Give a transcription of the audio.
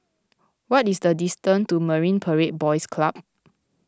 what is the distance to Marine Parade Boys Club